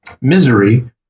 Misery